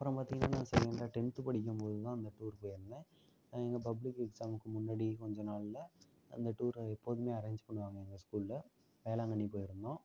அப்புறம் பார்த்திங்கன்னா நான் செகேண்டாக டென்த்து படிக்கும்போது தான் இந்த போயிருந்தேன் எங்கள் பப்ளிக் எக்ஸாமுக்கு முன்னாடியே கொஞ்ச நாள்ல அந்த டூரை எப்போதுமே அரேஞ்ச் பண்ணுவாங்கள் எங்கள் ஸ்கூல்ல வேளாங்கண்ணி போயிருந்தோம்